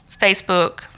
Facebook